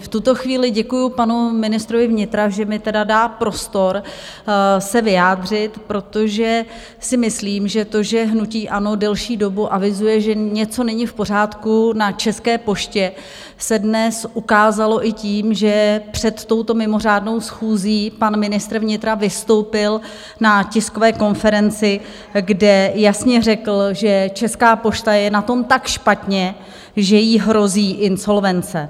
V tuto chvíli děkuji panu ministrovi vnitra, že mi tedy dá prostor se vyjádřit, protože si myslím, že to, že hnutí ANO delší dobu avizuje, že něco není v pořádku na České poště, se dnes ukázalo i tím, že před touto mimořádnou schůzí pan ministr vnitra vystoupil na tiskové konferenci, kde jasně řekl, že Česká pošta je na tom tak špatně, že jí hrozí insolvence.